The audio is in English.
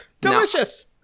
Delicious